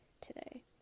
today